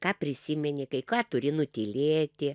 ką prisimeni kai ką turi nutylėti